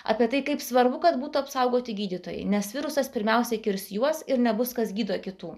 apie tai kaip svarbu kad būtų apsaugoti gydytojai nes virusas pirmiausiai kirs juos ir nebus kas gydo kitų